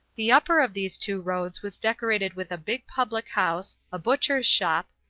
the upper of these two roads was decorated with a big public house, a butcher's shop,